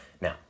Now